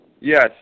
Yes